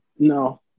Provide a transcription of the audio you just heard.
No